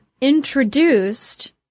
introduced